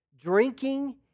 Drinking